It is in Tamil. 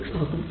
66 ஆகும்